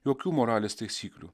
jokių moralės taisyklių